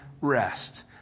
rest